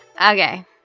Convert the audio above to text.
Okay